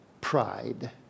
Pride